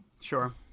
sure